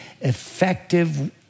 effective